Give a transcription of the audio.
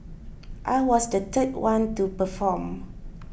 I was the third one to perform